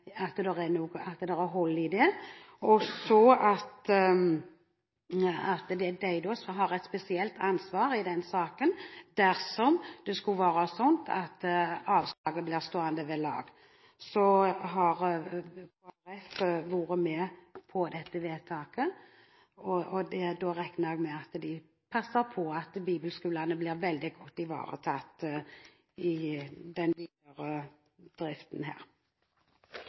at det er hold i det Kristelig Folkeparti sier, som stoler så veldig på at det kun skyldes «sendrektighet». Da har de et spesielt ansvar i den saken dersom det skulle være slik at avslaget blir stående ved lag. Kristelig Folkeparti har vært med på dette vedtaket, og da regner jeg med at de passer på at bibelskolene blir veldig godt ivaretatt videre.